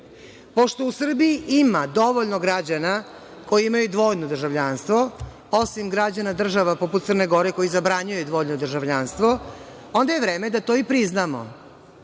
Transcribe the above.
Pošto u Srbiji ima dovoljno građana koji imaju dvojno državljanstvo, osim građana država poput Crne Gore, koji zabranjuju dvojno državljanstvo, onda je vreme da to i priznamo